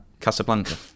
Casablanca